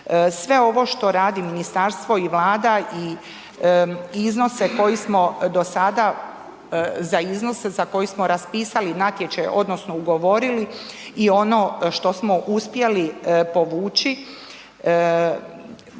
Sve ovo što radi ministarstvo i Vlada i iznose koji smo do sada, za iznose za koji smo raspisali natječaj odnosno ugovorili i ono što smo uspjeli povući